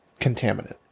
contaminant